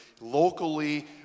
locally